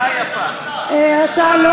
ההצעה לא